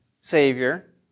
Savior